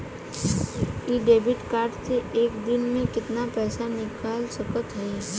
इ debit card से एक दिन मे कितना पैसा निकाल सकत हई?